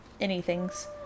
anythings